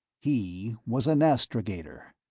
he was an astrogator.